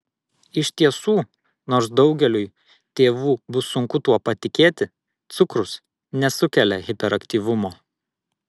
iš tiesų nors daugeliui tėvų bus sunku tuo patikėti cukrus nesukelia hiperaktyvumo